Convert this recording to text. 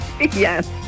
Yes